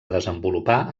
desenvolupar